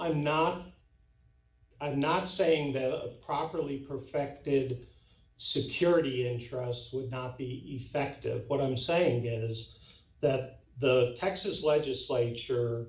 i'm not i'm not saying that a properly perfected security intro's would not be effective what i'm saying is that the texas legislature